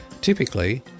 Typically